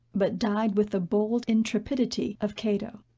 but died with the bold intrepidity of cato.